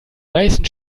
meisten